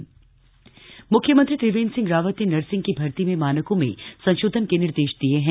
nursing भर्ती म्ख्यमंत्री त्रिवेंद्र सिंह रावत ने नर्सिंग की भर्ती में मानकों में संशोधन के निर्देश दिए हैं